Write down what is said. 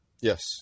Yes